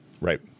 Right